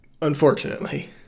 Unfortunately